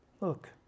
look